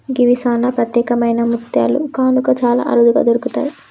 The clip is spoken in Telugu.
గివి సానా ప్రత్యేకమైన ముత్యాలు కనుక చాలా అరుదుగా దొరుకుతయి